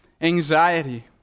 anxiety